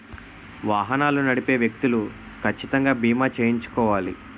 వాహనాలు నడిపే వ్యక్తులు కచ్చితంగా బీమా చేయించుకోవాలి